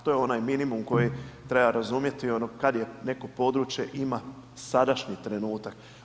To je onaj minimum koji treba razumjeti, ono kad je neko područje ima sadašnji trenutak.